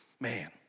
Man